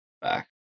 Back